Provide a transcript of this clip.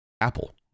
Apple